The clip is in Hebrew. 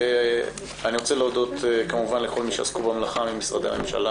אני רוצה להודות לכל מי שעסקו במלאכה ממשרדי הממשלה